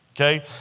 okay